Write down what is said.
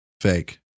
fake